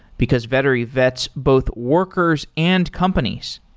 because vettery vets both workers and companies.